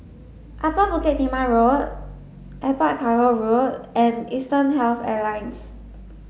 Upper Bukit Timah Road Airport Cargo Road and Eastern Health Alliance